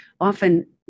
often